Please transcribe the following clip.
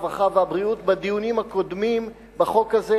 הרווחה והבריאות בדיונים הקודמים בחוק הזה.